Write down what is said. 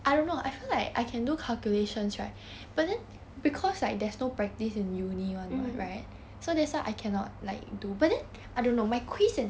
mm